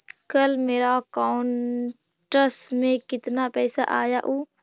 कल मेरा अकाउंटस में कितना पैसा आया ऊ?